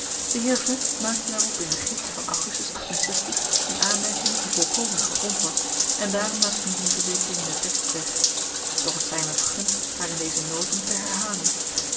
de heer veth maakte daarop in den gids van augustus een aanmerking die volkomen gegrond was en daarom laat ik nu die verzekering in den tekst weg doch t zy me vergund haar in deze noten te herhalen